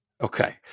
Okay